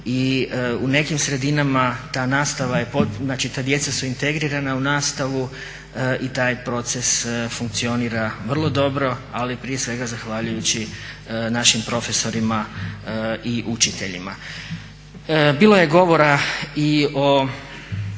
u nekim sredinama ta djeca su integrirana u nastavu i taj proces funkcionira vrlo dobro, ali prije svega zahvaljujući našim profesorima i učiteljima. Bilo je govora i o